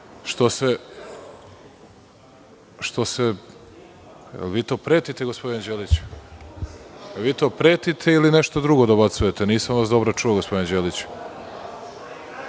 imalo veze što se… Da li vi to pretite, gospodine Đeliću? Da li vi to pretite ili nešto drugo dobacujete? Nisam vas dobro čuo, gospodine Đeliću.